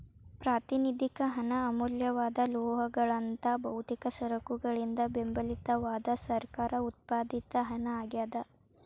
ಪ್ರಾತಿನಿಧಿಕ ಹಣ ಅಮೂಲ್ಯವಾದ ಲೋಹಗಳಂತಹ ಭೌತಿಕ ಸರಕುಗಳಿಂದ ಬೆಂಬಲಿತವಾದ ಸರ್ಕಾರ ಉತ್ಪಾದಿತ ಹಣ ಆಗ್ಯಾದ